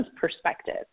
perspective